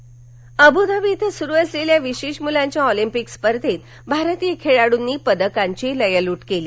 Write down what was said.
विशेष Olympic Abu Dhabi इथं सुरु असलेल्या विशेष मुलांच्या ऑलिम्पिक स्पर्धेत भारतीय खेळाडूंनी पदकांची लयलूट केली